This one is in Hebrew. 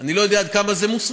אני לא יודע עד כמה זה מוסמך,